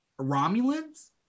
Romulans